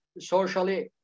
socially